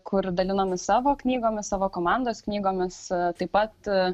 kur dalinomės savo knygomis savo komandos knygomis taip pat